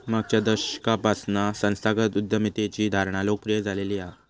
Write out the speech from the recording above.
मागच्या दशकापासना संस्थागत उद्यमितेची धारणा लोकप्रिय झालेली हा